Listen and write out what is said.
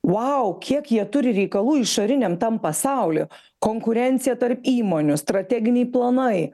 vau kiek jie turi reikalų išoriniam tam pasaulį konkurencija tarp įmonių strateginiai planai